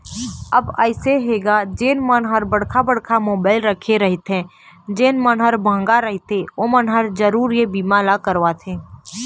अब अइसे हे गा जेन मन ह बड़का बड़का मोबाइल रखे रहिथे जेन मन ह मंहगा रहिथे ओमन ह जरुर ये बीमा ल करवाथे